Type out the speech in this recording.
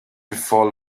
before